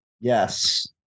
Yes